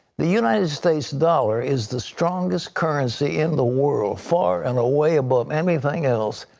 the united states dollar is the strongest currency in the world, far and away but anything else.